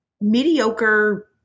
mediocre